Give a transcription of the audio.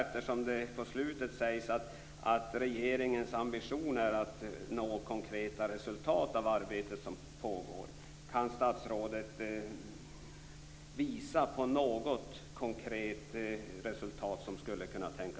I slutet av svaret sägs att regeringens ambitioner är att nå konkreta resultat av det arbete som pågår. Kan statsrådet visa på något konkret resultat av detta?